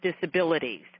disabilities